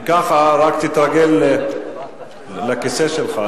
אם כך, רק תתרגל לכיסא שלך.